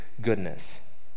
goodness